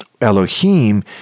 Elohim